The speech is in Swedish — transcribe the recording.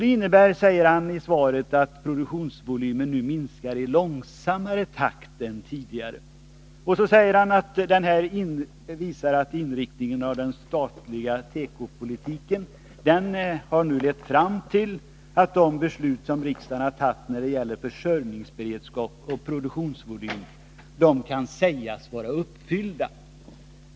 Det innebär, säger handelsministern vidare i sitt svar, att produktionsvolymen nu minskat i långsammare takt än tidigare, och därför kan den inriktning av den statliga tekopolitiken som riksdagen har fattat beslut om när det gäller försörjningsberedskap och produktionsvolym nu sägas vara uppfylld.